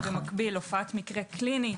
במקביל הופעת מקרה קליני,